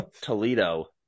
Toledo